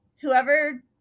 whoever